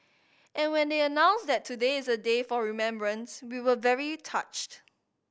and when they announced that today is a day for remembrance we were very touched